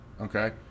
okay